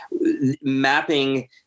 mapping